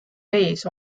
vees